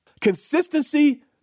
Consistency